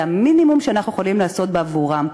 זה המינימום שאנחנו יכולים לעשות בעבורם,